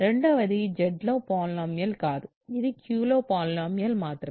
రెండవది Z లో polynomial కాదు ఇది Q లో పాలినామియల్ మాత్రమే